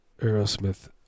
Aerosmith